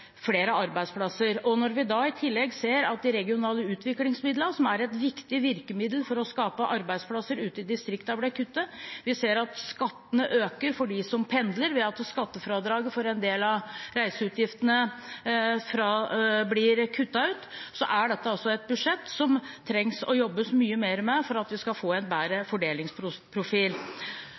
flere arbeidsplasser. Når vi i tillegg ser at de regionale utviklingsmidlene – som er et viktig virkemiddel for å skape arbeidsplasser ute i distriktene – blir kuttet, og når vi ser at skattene øker for dem som pendler ved at skattefradraget for en del av reiseutgiftene blir kuttet ut, er dette et budsjett som man trenger å jobbe mye mer med for at man skal få en bedre